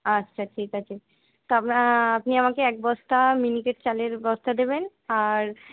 আচ্ছা ঠিক আছে তো আপনি আমাকে এক বস্তা মিনিকেট চালের বস্তা দেবেন আর